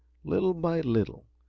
little by little,